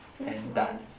since when